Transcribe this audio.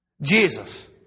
Jesus